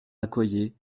accoyer